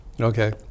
okay